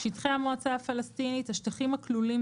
"שטחי המועצה הפלסטינית" השטחים הכלולים,